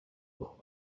wir